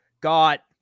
got